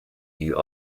you